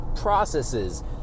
processes